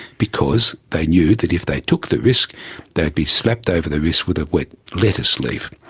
because they knew that if they took the risk they'd be slapped over the wrist with a wet lettuce leaf.